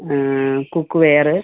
cook ware